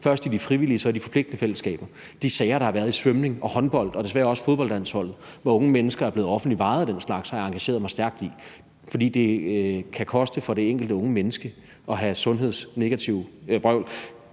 først i de frivillige og så i de forpligtende fællesskaber. De sager, der har været inden for svømning og håndbold og desværre også fodboldlandsholdet, hvor unge mennesker offentligt er blevet vejet og den slags, har jeg engageret mig stærkt i, fordi det kan koste for det enkelte unge menneske og have negative